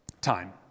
time